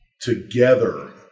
together